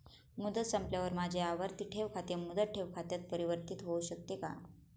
मुदत संपल्यावर माझे आवर्ती ठेव खाते मुदत ठेव खात्यात परिवर्तीत होऊ शकते का?